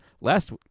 Last